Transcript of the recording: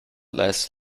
last